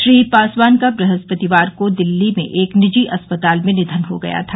श्री पासवान का ब्रहस्पतिवार को दिल्ली में एक निजी अस्पताल में निधन हो गया था